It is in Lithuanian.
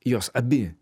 jos abi